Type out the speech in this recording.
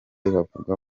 bavuga